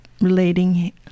relating